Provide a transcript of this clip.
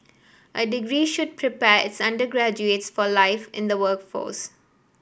a degree should prepare its undergraduates for life in the workforce